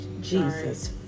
Jesus